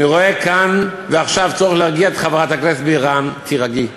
רואה כאן ועכשיו צורך להרגיע את חברת הכנסת בירן: תירגעי.